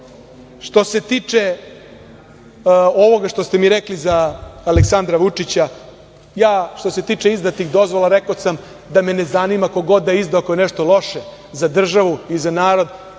vas. Što se tiče ovoga što ste mi rekli Aleksandra Vučića. Što se tiče izdatih dozvola rekao sam da mene zanima ko god da je izdao ako je nešto loše za državu i za narodu,